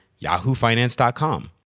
yahoofinance.com